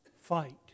fight